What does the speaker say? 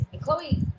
chloe